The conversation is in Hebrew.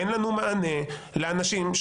אין לנו מענה לאנשים,